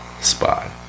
spot